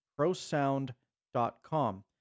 PROSOUND.com